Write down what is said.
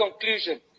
conclusion